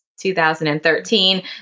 2013